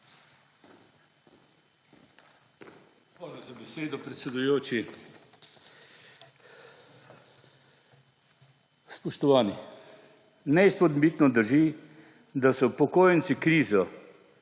Hvala za besedo, predsedujoči. Spoštovani. Neizpodbitno drži, da so upokojenci krizo,